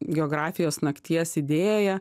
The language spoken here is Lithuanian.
geografijos nakties idėją